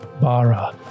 bara